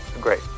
Great